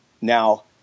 Now